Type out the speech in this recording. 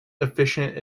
efficient